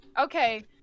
Okay